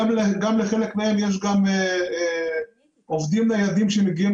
גם לחלק מהם גם יש עובדים ניידים שמגיעים